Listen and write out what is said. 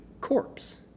corpse